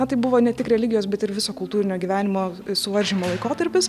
na tai buvo ne tik religijos bet ir viso kultūrinio gyvenimo suvaržymo laikotarpis